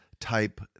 type